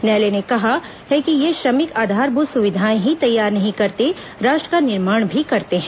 न्यायालय ने कहा है कि ये श्रमिक आधारभूत सुविधाए ही तैयार नहीं करते राष्ट्र का निर्माण भी करते हैं